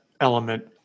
element